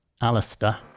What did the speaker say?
Alistair